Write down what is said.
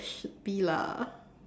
should be lah